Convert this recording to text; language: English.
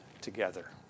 together